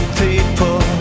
people